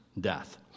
death